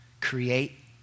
Create